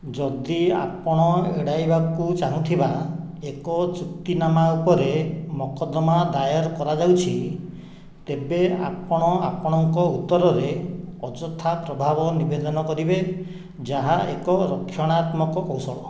ଯଦି ଆପଣ ଏଡାଇବାକୁ ଚାହୁଁଥିବା ଏକ ଚୁକ୍ତିନାମାଉପରେ ମକଦ୍ଦମା ଦାୟର କରାଯାଉଛି ତେବେ ଆପଣ ଆପଣଙ୍କ ଉତ୍ତରରେ ଅଯଥା ପ୍ରଭାବ ନିବେଦନ କରିବେ ଯାହା ଏକ ରକ୍ଷଣାତ୍ମକ କୌଶଳ